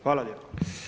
Hvala lijepa.